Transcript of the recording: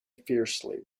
fiercely